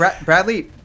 bradley